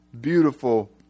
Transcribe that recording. beautiful